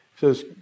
says